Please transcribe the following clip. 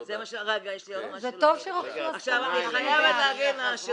זה טוב שהם רכשו השכלה --- הטענה שלך היא להם או